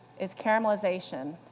is caramelization.